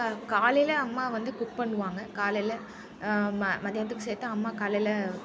காலையிலே அம்மா வந்து குக் பண்ணுவாங்க காலையில் ம மதியானத்துக்கு சேர்த்து அம்மா காலையில்